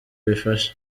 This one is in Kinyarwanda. bifashe